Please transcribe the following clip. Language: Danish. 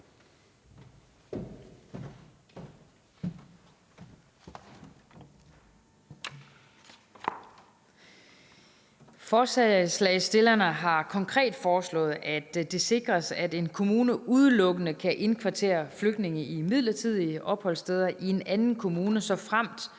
Forslagsstillerne har konkret foreslået, at det sikres, at en kommune udelukkende kan indkvartere flygtninge på et midlertidigt opholdssted i en anden kommune, såfremt